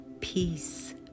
peace